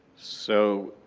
so,